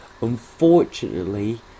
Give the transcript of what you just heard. Unfortunately